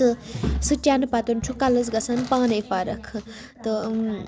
تہٕ سُہ چٮ۪نہٕ پَتہٕ چھُ کَلَس گژھان پانَے فَرق تہٕ